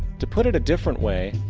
to put it a different way,